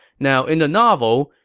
now, in the novel,